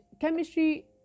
chemistry